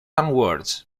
onwards